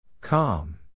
Calm